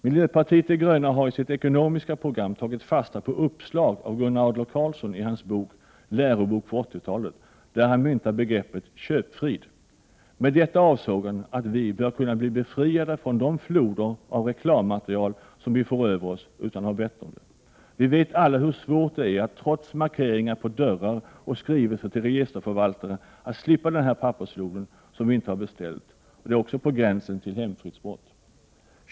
Miljöpartiet de gröna har i sitt ekonomiska program tagit fasta på uppslag från Gunnar Adler-Karlsson i hans bok Lärobok för 80-talet, där han myntar begreppet köpfrid. Med detta avsåg han att vi bör kunna bli befriade från de floder av reklammaterial som vi får över oss utan att vi har bett om det. Vi vet alla hur svårt det är att trots markeringar på dörrar och skrivelser till registerförvaltare slippa den pappersflod som vi inte har beställt. Detta är på gränsen till hemfridsbrott.